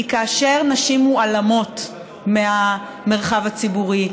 כי כאשר נשים מועלמות מהמרחב הציבורי,